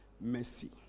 mercy